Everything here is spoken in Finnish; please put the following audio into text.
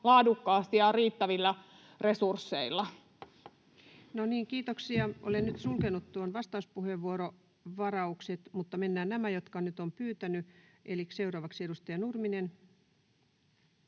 laadukkaasti ja riittävillä resursseilla. No niin, kiitoksia. — Olen nyt sulkenut tuon vastauspuheenvuorovarauksen, mutta mennään nämä, jotka ovat nyt pyytäneet. — Eli seuraavaksi edustaja Nurminen.